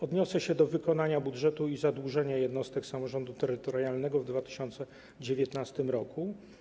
Odniosę się do wykonania budżetu i zadłużenia jednostek samorządu terytorialnego w 2019 r.